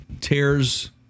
tears